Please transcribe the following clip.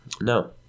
No